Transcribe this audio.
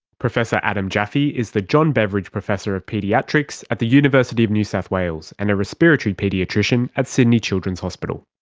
professor adam jaffe is the john beveridge professor of paediatrics at the university of new south wales, and a respiratory paediatrician at sydney children's hospital.